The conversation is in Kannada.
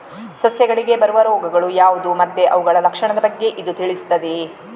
ಸಸ್ಯಗಳಿಗೆ ಬರುವ ರೋಗಗಳು ಯಾವ್ದು ಮತ್ತೆ ಅವುಗಳ ಲಕ್ಷಣದ ಬಗ್ಗೆ ಇದು ತಿಳಿಸ್ತದೆ